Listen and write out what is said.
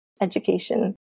education